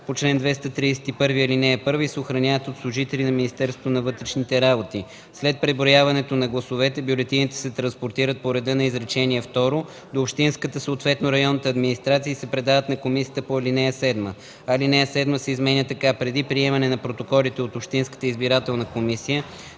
по чл. 231, ал. 1 и се охраняват от служители на Министерството на вътрешните работи. След преброяването на гласовете бюлетините се транспортират по реда на изречение второ до общинската, съответно районната администрация и се предават на комисията по ал. 7.” 2. Алинея 7 се изменя така: „(7) Преди приемане на протоколите от общинската избирателна комисия